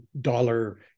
dollar